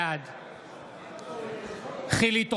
בעד חילי טרופר,